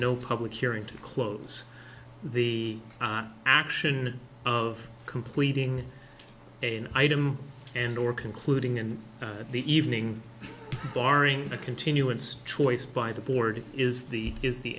no public hearing to close the action of completing in item and or concluding in the evening barring a continuance choice by the board is the is the